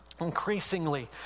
increasingly